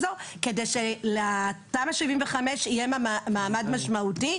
כדי שלתמ"א 75 יהיה מעמד משמעותי.